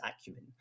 acumen